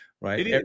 right